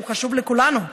שהוא חשוב לכולנו.